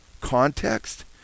context